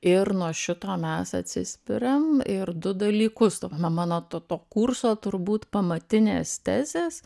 ir nuo šito mes atsispiriam ir du dalykus to na mano to to kurso turbūt pamatinės tezės